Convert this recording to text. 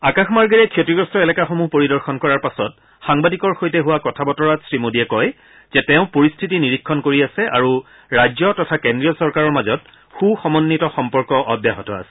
আকাশ মাৰ্গেৰে ক্ষতিগ্ৰস্ত এলেকাসমূহ পৰিদৰ্শন কৰাৰ পাছত সাংবাদিকৰ সৈতে হোৱা কথা বতৰাত শ্ৰী মোডীয়ে কয় যে তেওঁ পৰিস্থিতি নিৰীক্ষণ কৰি আছে আৰু ৰাজ্য তথা কেন্দ্ৰীয় চৰকাৰৰ মাজত সৃ সমন্বিত সম্পৰ্ক অব্যাহত আছে